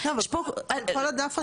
יש את הדף הזה גם באנגלית?